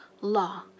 law